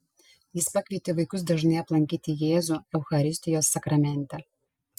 jis pakvietė vaikus dažnai aplankyti jėzų eucharistijos sakramente